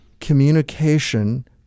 communication